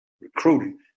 recruiting